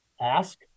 ask